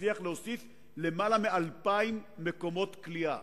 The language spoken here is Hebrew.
הצליח להוסיף יותר מ-2,000 מקומות כליאה.